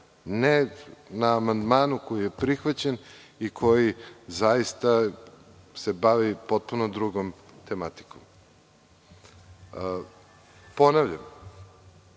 Ne na amandmanu koji je prihvaćen i koji zaista se bavi potpuno drugom tematikom. Ponavljam,